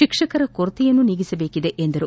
ಶಿಕ್ಷಕರ ಕೊರತೆಯನ್ನೂ ನೀಗಿಸಬೇಕಿದೆ ಎಂದರು